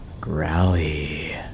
Growly